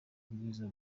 ubwiza